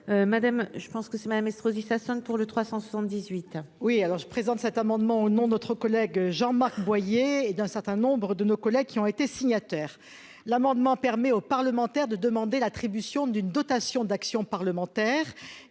madame, je pense que c'est Madame Estrosi Sassone pour le 378. Oui, alors se présente cet amendement au nom de notre collègue Jean Marc Boyer et d'un certain nombre de nos collègues qui ont été signataire l'amendement permet aux parlementaires de demander l'attribution d'une dotation d'action parlementaire